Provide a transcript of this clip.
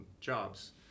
jobs